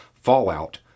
fallout